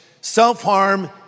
self-harm